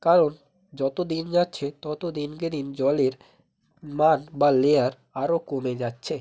কারণ যতো দিন যাচ্ছে ততো দিনকে দিন জলের মান বা লেয়ার আরো কমে যাচ্ছে